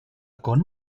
con